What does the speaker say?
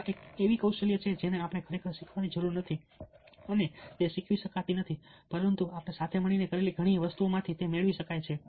આ એક એવી કૌશલ્ય છે જેને ખરેખર શીખવવાની જરૂર નથી અને તે શીખવી શકાતી નથી પરંતુ આપણે સાથે મળીને કરેલી ઘણી વસ્તુઓમાંથી તે મેળવી શકાય છે